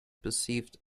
perceived